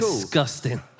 disgusting